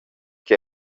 che